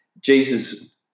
Jesus